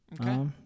Okay